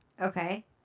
Okay